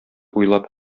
уйлап